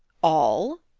all?